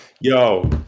Yo